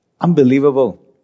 unbelievable